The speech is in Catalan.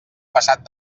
passat